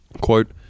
Quote